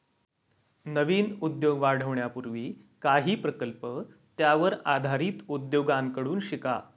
नवीन उद्योग वाढवण्यापूर्वी काही प्रकल्प त्यावर आधारित उद्योगांकडून शिका